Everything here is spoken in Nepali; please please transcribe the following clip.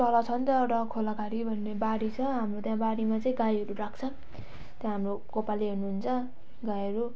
तल छन् तर खोला घारी भन्ने बारी छ हाम्रो त्यहाँ बारीमा चाहिँ गाईहरू राख्छ त्यहाँ हाम्रो कोपाले हेर्नु हुन्छ गाईहरू